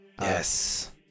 yes